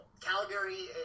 Calgary